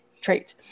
trait